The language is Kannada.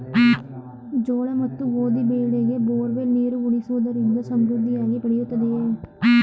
ಜೋಳ ಮತ್ತು ಗೋಧಿ ಬೆಳೆಗೆ ಬೋರ್ವೆಲ್ ನೀರು ಉಣಿಸುವುದರಿಂದ ಸಮೃದ್ಧಿಯಾಗಿ ಬೆಳೆಯುತ್ತದೆಯೇ?